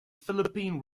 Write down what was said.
philippine